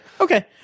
Okay